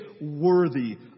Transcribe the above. worthy